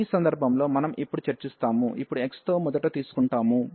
ఈ సందర్భంలో మనం ఇప్పుడు చర్చిస్తాము ఇప్పుడు x తో మొదట తీసుకుంటాము